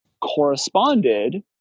corresponded